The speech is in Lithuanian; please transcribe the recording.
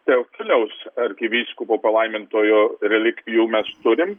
teofiliaus arkivyskupo palaimintojo relikvijų mes turim